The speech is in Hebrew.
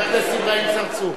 חבר הכנסת אברהים צרצור.